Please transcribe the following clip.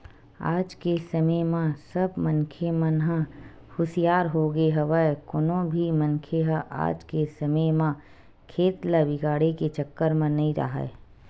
आज के समे म सब मनखे मन ह हुसियार होगे हवय कोनो भी मनखे ह आज के समे म खेत ल बिगाड़े के चक्कर म नइ राहय